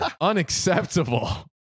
Unacceptable